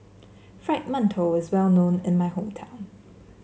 Fried Mantou is well known in my hometown